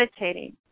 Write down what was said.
meditating